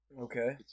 Okay